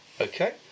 Okay